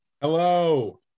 Hello